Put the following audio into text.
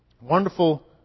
Wonderful